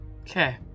Okay